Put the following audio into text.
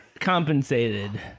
compensated